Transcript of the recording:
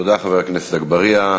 תודה, חבר הכנסת אגבאריה.